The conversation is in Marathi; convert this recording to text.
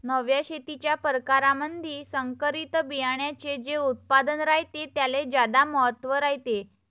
नव्या शेतीच्या परकारामंधी संकरित बियान्याचे जे उत्पादन रायते त्याले ज्यादा महत्त्व रायते